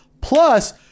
Plus